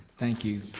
thank you,